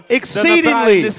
exceedingly